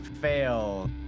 fail